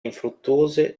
infruttuose